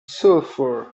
sulfur